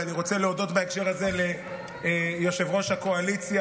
ואני רוצה להודות בהקשר הזה ליושב-ראש הקואליציה